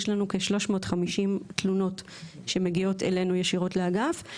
יש לנו כ-350 תלונות שמגיעות אלינו ישירות לאגף.